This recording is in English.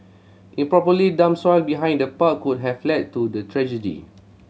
improperly dumped soil behind the park could have led to the tragedy